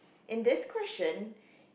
in this question